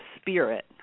spirit